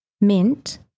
mint